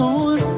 on